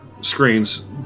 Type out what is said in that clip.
screens